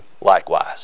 likewise